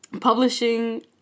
Publishing